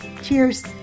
Cheers